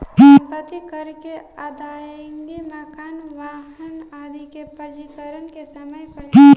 सम्पत्ति कर के अदायगी मकान, वाहन आदि के पंजीकरण के समय कईल जाला